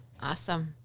Awesome